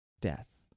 death